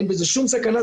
אין בזה שום סכנה.